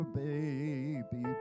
baby